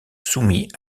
soumis